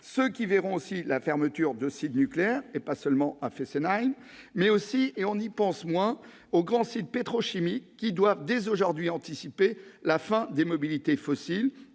ceux qui connaîtront la fermeture de sites nucléaires, ce qui ne concerne pas seulement Fessenheim, mais aussi- on y pense moins -les grands sites pétrochimiques, qui doivent dès aujourd'hui anticiper la fin des mobilités fossiles,